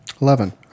Eleven